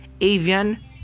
avian